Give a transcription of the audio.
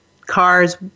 cars